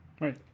Right